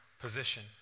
position